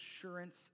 assurance